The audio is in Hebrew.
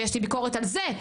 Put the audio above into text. ויש לי ביקורת על זה.